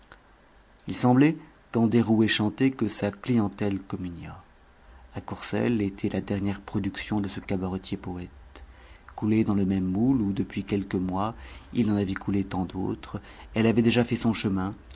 il semblait quand derouet chantait que sa clientèle communiât à courcelles était la derrière production de ce cabaretier poète coulée dans le même moule où depuis quelques mois il en avait coulé tant d'autres elle avait déjà fait son chemin